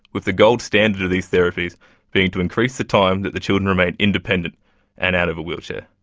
with the gold standard of these therapies being to increase the time that the children remain independent and out of a wheelchair.